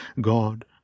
God